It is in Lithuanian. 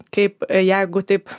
kaip jeigu taip